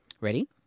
Ready